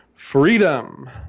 Freedom